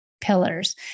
pillars